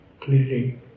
Clearly